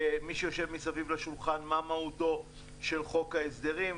מי שיושב מסביב לשולחן, מה מהותו של חוק ההסדרים.